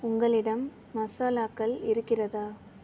உங்களிடம் மசாலாக்கள் இருக்கிறதா